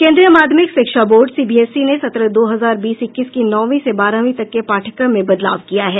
केंद्रीय माध्यमिक शिक्षा बोर्ड सीबीएसई ने सत्र दो हजार बीस इक्कीस के नौवीं से बारहवीं तक के पाठ्यक्रम में बदलाव किया है